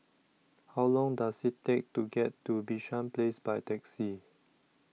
How Long Does IT Take to get to Bishan Place By Taxi